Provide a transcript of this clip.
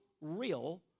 real